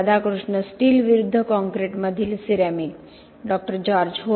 Radhakrishna steel विरुद्ध काँक्रीटमधील ceramic Dr George हो